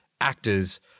actors